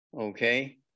Okay